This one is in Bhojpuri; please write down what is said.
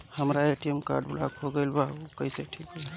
हमर ए.टी.एम कार्ड ब्लॉक हो गईल बा ऊ कईसे ठिक होई?